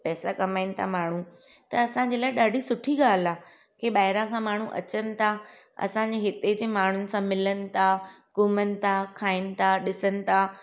पेसा कमाईनि था माण्हू त असांजे लाइ ॾाढी सुठी ॻाल्हि आहे की ॿाहिरां खां माण्हू अचनि था असांजे हिते जे माण्हुनि सां मिलनि था घुमण ता खाईण था ॾिसण था